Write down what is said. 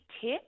tip